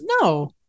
no